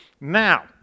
Now